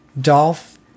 Dolph